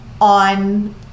on